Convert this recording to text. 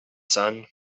sun